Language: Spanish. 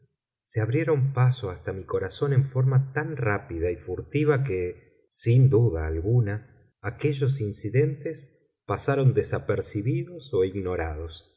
se abrieron paso hasta mi corazón en forma tan rápida y furtiva que sin duda alguna aquellos incidentes pasaron desapercibidos o ignorados